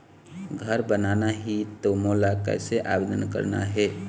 घर बनाना ही त मोला कैसे आवेदन करना हे?